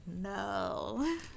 no